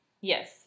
Yes